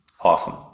Awesome